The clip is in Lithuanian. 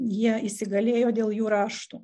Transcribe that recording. jie įsigalėjo dėl jų raštų